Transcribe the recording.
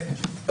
כן.